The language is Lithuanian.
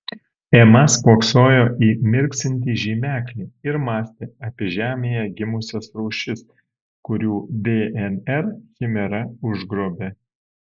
ema spoksojo į mirksintį žymeklį ir mąstė apie žemėje gimusias rūšis kurių dnr chimera užgrobė